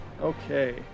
Okay